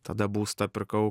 tada būstą pirkau